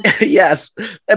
Yes